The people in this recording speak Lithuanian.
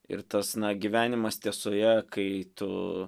ir tas na gyvenimas tiesoje kai tu